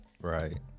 Right